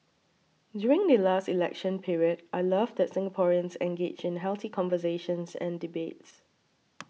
during the last election period I love that Singaporeans engage in healthy conversations and debates